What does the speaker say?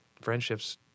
friendships